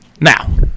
now